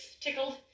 tickled